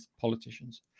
politicians